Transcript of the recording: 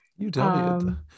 UW